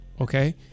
Okay